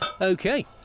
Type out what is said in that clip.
Okay